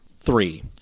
Three